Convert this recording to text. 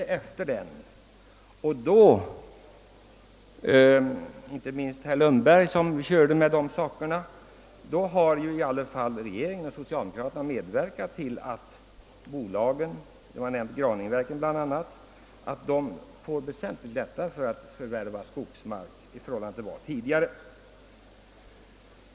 Genom den har i alla fall regeringen och det socialdemokratiska partiet — det vill jag påpeka inte minst för herr Lundberg — medverkat till att bolagen, bl.a. Graningeverken som har nämnts förut, fått väsentligt lättare att förvärva skogsmark än tidigare.